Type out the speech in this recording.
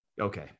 Okay